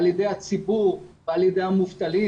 על ידי הציבור ועל ידי המובטלים